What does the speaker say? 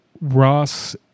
Ross